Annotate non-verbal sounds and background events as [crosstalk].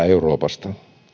[unintelligible] euroopasta